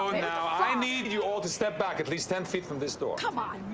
no, now i need you all to step back at least ten feet from this door. come on.